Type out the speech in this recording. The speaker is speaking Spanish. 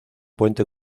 puente